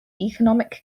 economic